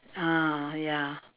ah ya